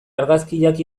argazkiak